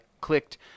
clicked